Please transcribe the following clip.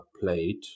played